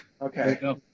Okay